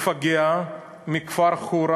מפגע מכפר חורה,